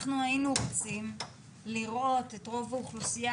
אנחנו היינו רוצים לראות את רוב האוכלוסייה